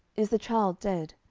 is the child dead?